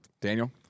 Daniel